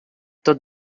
tot